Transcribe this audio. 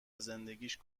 زندگیش